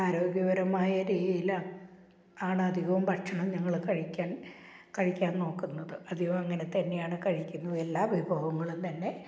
ആരോഗ്യപരമായ രീതിയിലാണ് ആണധികവും ഭക്ഷണം ഞങ്ങൾ കഴിക്കാന് കഴിക്കാന് നോക്കുന്നത് അധികവും അങ്ങനെത്തന്നെയാണ് കഴിക്കുന്നത് എല്ലാ വിഭവങ്ങളും തന്നെ